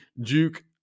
Duke